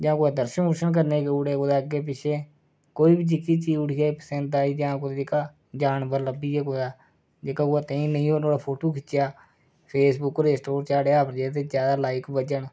जां कुतै दर्शन दुर्शन करने गी गऊ उठे कुतै अग्गै पिच्छै कोई बी जेह्की चीज जेह्ड़ी पसंद आई ते जानवर लब्भी गेआ कुतै जेह्का कुतै नेईं होवे नुआढ़ा फोटू खिच्चेआ फेसबुक उप्पर चाढ़ेआ जेह्दे पर चार लाइक बज्झन